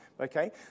Okay